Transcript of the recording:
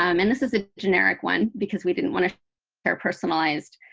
um and this is a generic one, because we didn't want to share personalized,